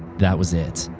that was it.